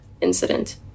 incident